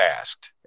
asked